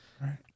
Right